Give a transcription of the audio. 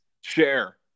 Share